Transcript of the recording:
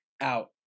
out